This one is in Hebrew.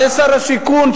לשר השיכון,